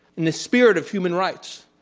in the spirit of human rights,